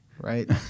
right